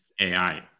AI